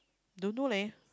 don't know leh